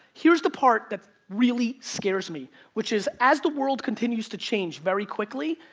here's the part that really scares me, which is, as the world continues to change very quickly,